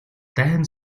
дайн